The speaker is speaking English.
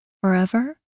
Forever